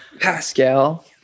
pascal